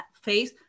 face